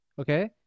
okay